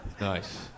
Nice